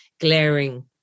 glaring